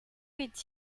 est